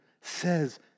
says